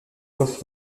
offre